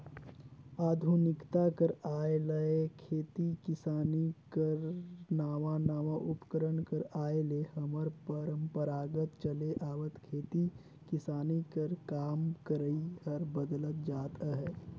आधुनिकता कर आए ले खेती किसानी कर नावा नावा उपकरन कर आए ले हमर परपरागत चले आवत खेती किसानी कर काम करई हर बदलत जात अहे